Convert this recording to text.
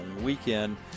weekend